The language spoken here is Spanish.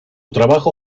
trabajo